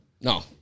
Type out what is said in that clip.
No